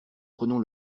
prenons